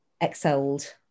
excelled